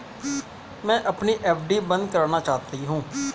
मैं अपनी एफ.डी बंद करना चाहती हूँ